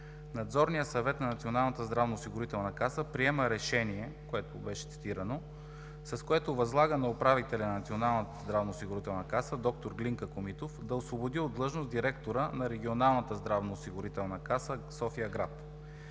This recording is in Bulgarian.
Надзорният съвет на НЗОК приема решение, което беше цитирано, с което възлага на управителя на Националната здравноосигурителна каса – д-р Глинка Комитов, да освободи от длъжност директора на Регионалната здравноосигурителна каса – София-град.